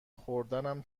خوردنم